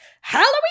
Halloween